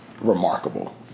remarkable